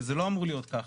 וזה לא אמור להיות כך.